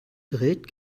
dreht